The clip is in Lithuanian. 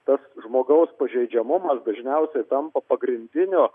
tas žmogaus pažeidžiamumas dažniausiai tampa pagrindiniu